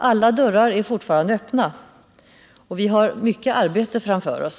Alla dörrar är öppna. Vi har mycket arbete framför oss.